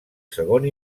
segon